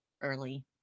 early